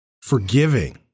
forgiving